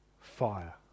fire